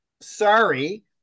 Sorry